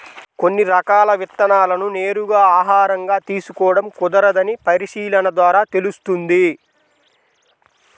కొన్ని రకాల విత్తనాలను నేరుగా ఆహారంగా తీసుకోడం కుదరదని పరిశీలన ద్వారా తెలుస్తుంది